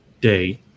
day